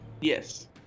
Yes